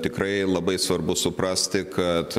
tikrai labai svarbu suprasti kad